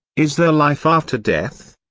is there life after death.